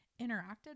interacted